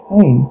Hey